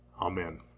Amen